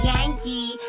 Yankee